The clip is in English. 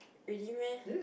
really meh